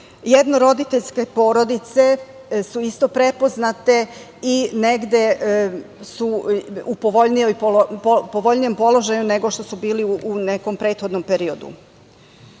Jednoroditeljske porodice su isto prepoznate i negde su u povoljnijem položaju nego što su bili u nekom prethodnom periodu. Ono